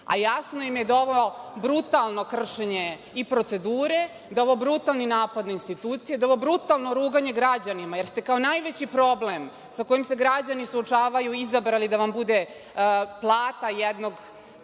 a jasno im je da je ovo brutalno kršenje procedure, da je ovo brutalni napad na institucije, da je ovo brutalno ruganje građanima, jer ste kao najveći problem sa kojim se građani suočavaju izabrali da vam bude plata jednog